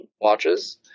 watches